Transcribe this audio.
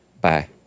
Bye